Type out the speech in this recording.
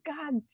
god